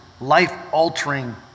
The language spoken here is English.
life-altering